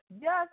Yes